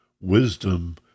Wisdom